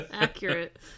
Accurate